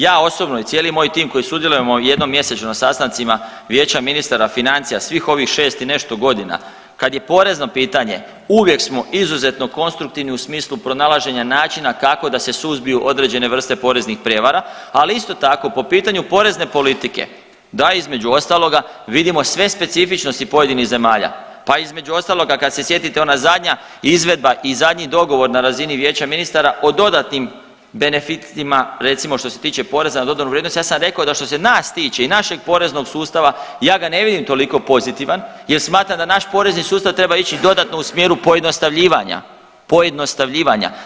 Ja osobno i cijeli moj tim koji sudjelujemo jednom mjesečno na sastancima Vijeća ministara financija svih ovih šest i nešto godina, kad je porezno pitanje uvijek smo izuzetno konstruktivni u smislu pronalaženja načina kako da se suzbiju određene vrste poreznih prijevara, ali isto tako po pitanju porezne politike da između ostaloga vidimo sve specifičnosti pojedinih zemalja, pa između ostaloga kada se sjetite ona zadnja izvedba i na razini Vijeća ministara o dodatnim benefitima, recimo što se tiče poreza na dodanu vrijednost ja sam rekao da što se nas tiče i našeg poreznog sustava ja ga ne vidim toliko pozitivan jer smatram da naš porezni sustav treba ići dodatno u smjeru pojednostavljivanja, pojednostavljivanja.